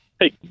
Hey